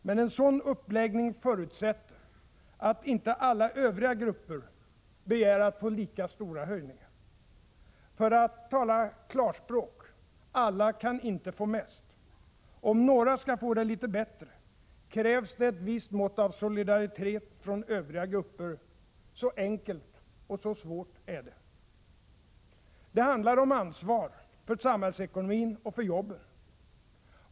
Men en sådan uppläggning förutsätter att inte alla Övriga grupper begär att få lika stora höjningar. För att tala klarspråk: Alla kan inte få mest. Om några skall få det litet bättre, krävs det ett visst mått av solidaritet från övriga grupper. Så enkelt och så svårt är det. Det handlar om ansvar, för samhällsekonomin och för jobben.